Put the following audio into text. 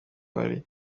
wari